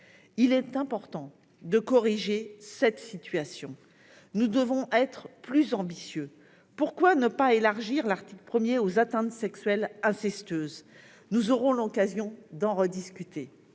Il est important de corriger cette situation. Nous devons être plus ambitieux ! Pourquoi ne pas étendre le dispositif de l'article 1 aux atteintes sexuelles incestueuses ? Nous aurons l'occasion d'en rediscuter,